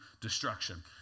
destruction